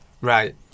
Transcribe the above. Right